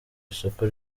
isoko